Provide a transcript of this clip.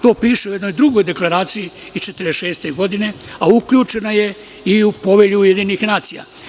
To piše u jednoj drugoj deklaraciji iz 1946. godine, a uključena je i u Povelji Ujedinjenih nacija.